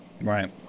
right